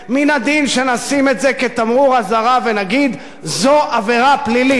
מן הדין שנשים את זה כתמרור אזהרה ונגיד: זו עבירה פלילית.